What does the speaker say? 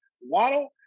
Waddle